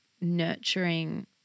nurturing